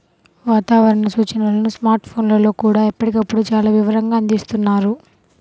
వాతావరణ సూచనలను స్మార్ట్ ఫోన్లల్లో కూడా ఎప్పటికప్పుడు చాలా వివరంగా అందిస్తున్నారు